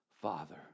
Father